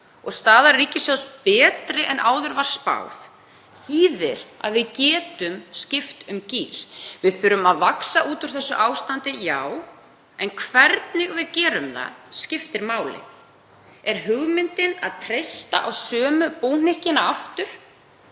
og staða ríkissjóðs er betri en áður var spáð, þýða að við getum skipt um gír. Já, við þurfum að vaxa út úr þessu ástandi en hvernig við gerum það skiptir máli. Er hugmyndin að treysta á sömu búhnykkina aftur?